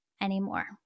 anymore